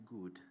good